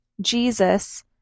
Jesus